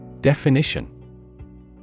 Definition